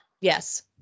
Yes